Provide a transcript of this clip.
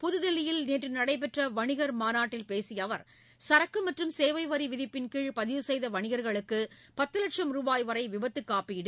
புதுதில்லியில் நேற்று நடைபெற்ற வணிகள் மாநாட்டில் பேசிய அவர் சரக்கு மற்றும் சேவை வரி விதிப்பின் கீழ் பதிவு செய்த வணிகர்களுக்கு பத்து வட்சம் ரூபாய் வரை விபத்து காப்பீடு